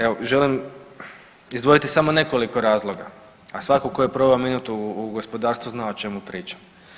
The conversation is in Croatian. Evo želim izdvojiti samo nekoliko razloga, a svako ko je proveo minut u gospodarstvu zna o čemu pričam.